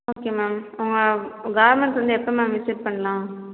okay ma'am உங்கள் garments வந்து எப்போ மேம் விசிட் பண்ணலாம்